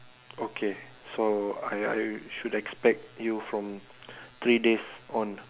okay so I I should expect you from three days on